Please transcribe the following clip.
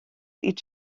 each